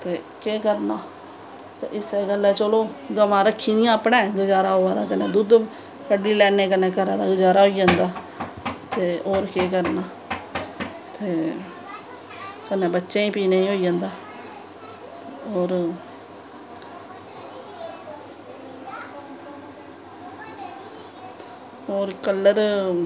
ते केह् करनां इस्सै गल्ला चलो गवां रक्खी दियां अपनैं बगैरा बगैरा कन्नैं धुद्द कड्डी लैन्नें कन्नैं घरा दा गुज़ारा होई जंदा ते होर केह् करनां ते कन्नैं बच्चें गी पानें गी होई जंदा कन्नै होर कल्लर